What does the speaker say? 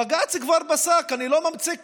בג"ץ כבר פסק, אני לא ממציא כלום,